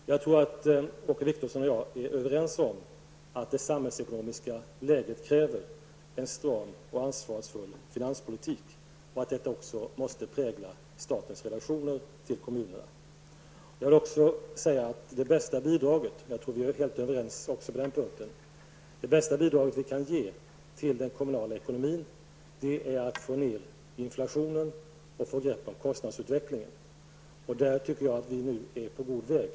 Jag tror att Åke Wictorsson och jag är överens om att det samhällsekonomiska läget kräver en stram och ansvarsfull finanspolitik och att detta också måste prägla statens relationer till kommunerna. Det bästa bidraget vi kan ge till den kommunala ekonomin är att få ned inflationen och grepp om kostnadsutvecklingen. Jag tror att vi är helt överens också på den punkten. Jag tycker att vi nu är på god väg.